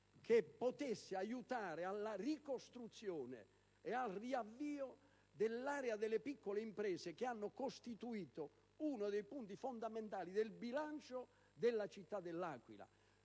che potesse contribuire alla ricostruzione e al riavvio dell'area delle piccole imprese che hanno costituito uno dei punti fondamentali del bilancio della città dell'Aquila.